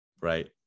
Right